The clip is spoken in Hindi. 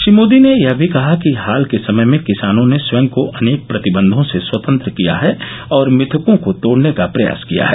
श्री मोदी ने यह भी कहा कि हाल के समय में किसानों ने स्वयं को अनेक प्रतिबंघों से स्वतंत्र किया है और मिथकों को तोडने का प्रयास किया है